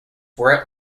were